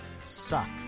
suck